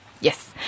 Yes